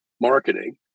marketing